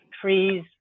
trees